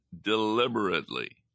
deliberately